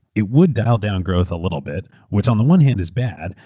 it would dial down growth a little bit, which on the one hand is bad,